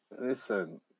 Listen